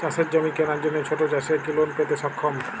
চাষের জমি কেনার জন্য ছোট চাষীরা কি লোন পেতে সক্ষম?